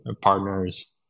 partners